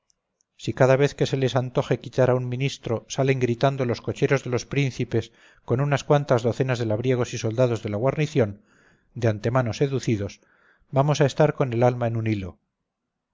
si cada vez que se les antoje quitar a un ministro salen gritando los cocheros de los príncipes con unas cuantas docenas de labriegos y soldados de la guarnición de antemano seducidos vamos a estar con el alma en un hilo